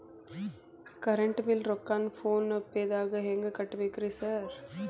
Current bill ರೊಕ್ಕಾನ phone ಪೇದಾಗ ಹೆಂಗ್ ಕಟ್ಟಬೇಕ್ರಿ ಸರ್?